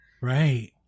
Right